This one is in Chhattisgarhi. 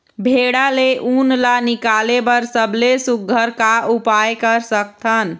भेड़ा ले उन ला निकाले बर सबले सुघ्घर का उपाय कर सकथन?